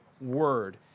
word